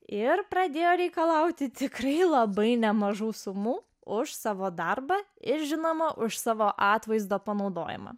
ir pradėjo reikalauti tikrai labai nemažų sumų už savo darbą ir žinoma už savo atvaizdo panaudojimą